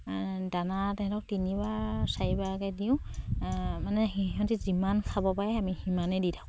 দানা তেহেঁতক তিনিবাৰ চাৰিবাৰকে দিওঁ মানে সিহঁতি যিমান খাব পাৰে আমি সিমানেই দি থাকোঁ